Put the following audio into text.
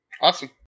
Awesome